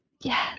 Yes